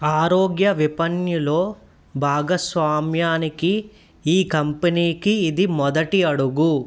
ఆరోగ్య విపణిలో భాగస్వామ్యానికి ఈ కంపెనీకి ఇది మొదటి అడుగు